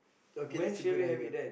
okay that's a good idea